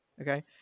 okay